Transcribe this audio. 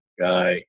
guy